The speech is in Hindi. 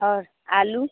और आलू